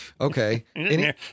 okay